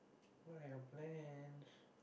what are your plans